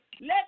Let